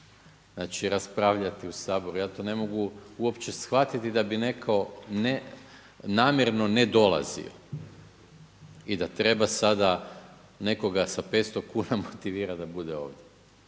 ovdje raspravljati u Saboru. ja ne mogu uopće shvatiti da bi neko namjerno ne dolazio i da treba sada nekoga sa 500 kuna motivirati da bude ovdje,